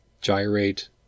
Gyrate